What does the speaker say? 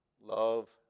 love